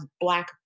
black